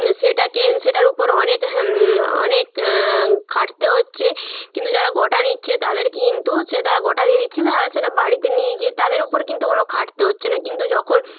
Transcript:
সেটাকে সেটার উপর অনেক অনেক খাটতে হচ্ছে কিন্তু যারা গোটা নিচ্ছে তাদের কিন্তু সে তারা গোটা দিয়ে দিচ্ছে সেটা বাড়িতে নিয়ে গিয়ে তাদের উপর কিন্তু কোনো খাটতে হচ্ছে না কিন্তু যখন